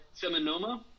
seminoma